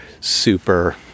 super